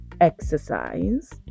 exercise